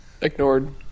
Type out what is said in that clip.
Ignored